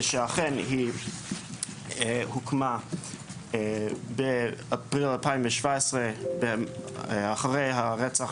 שאכן היא הוקמה באפריל 2017 אחרי הרצח